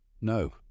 No